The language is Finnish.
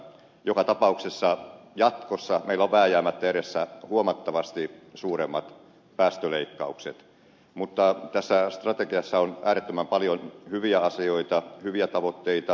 joka tapauksessa jatkossa meillä on vääjäämättä edessä huomattavasti suuremmat päästöleikkaukset mutta tässä strategiassa on äärettömän paljon hyviä asioita hyviä tavoitteita